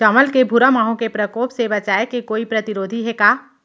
चांवल के भूरा माहो के प्रकोप से बचाये के कोई प्रतिरोधी हे का?